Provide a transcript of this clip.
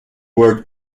word